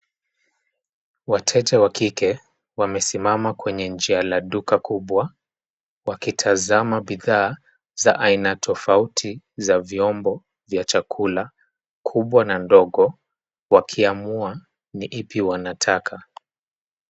Wateja wa kike wamesimama kwenye njia la duka kubwa, wakitazama bidhaa za aina tofauti za vyombo vya chakula kubwa na ndogo wakiamua ni ipi wanataka.